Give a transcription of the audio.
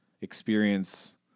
experience